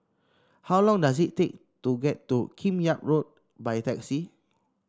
how long does it take to get to Kim Yam Road by taxi